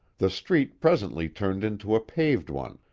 the street presently turned into a paved one,